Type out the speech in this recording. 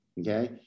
Okay